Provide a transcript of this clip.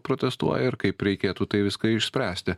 protestuoja ir kaip reikėtų tai viską išspręsti